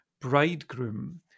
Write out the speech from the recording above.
bridegroom